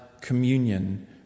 communion